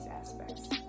aspects